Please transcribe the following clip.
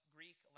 Greek